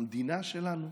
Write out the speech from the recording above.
המדינה שלנו.